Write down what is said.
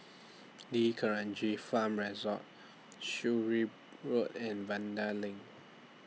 D'Kranji Farm Resort Road and Vanda LINK